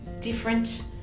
different